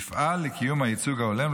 יפעל לקיום הייצוג ההולם,